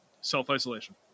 self-isolation